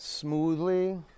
Smoothly